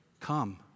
Come